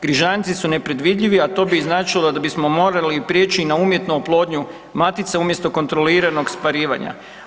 Križanci su nepredvidljivi, a to bi značilo da bismo morali prijeći na umjetnu oplodnju matica umjesto kontroliranog sparivanja.